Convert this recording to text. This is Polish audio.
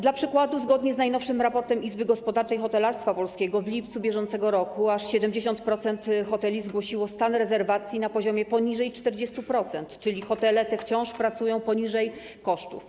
Dla przykładu: zgodnie z najnowszym raportem Izby Gospodarczej Hotelarstwa Polskiego w lipcu br. aż 70% hoteli zgłosiło stan rezerwacji na poziomie poniżej 40%, czyli hotele te wciąż pracują poniżej kosztów.